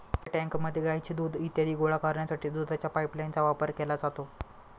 मोठ्या टँकमध्ये गाईचे दूध इत्यादी गोळा करण्यासाठी दुधाच्या पाइपलाइनचा वापर केला जातो